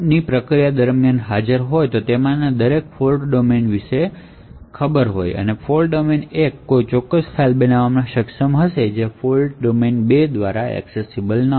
જો OSને પ્રોસેસ માં હાજર રહેલા તમામ ફોલ્ટ ડોમેન વિશે ખબર હોય તો ફોલ્ટ ડોમેન 1 કોઈ ફાઇલ બનાવવામાં સક્ષમ હશે જે ફોલ્ટ ડોમેન 2 દ્વારા એક્સેસિબલ નથી